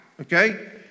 okay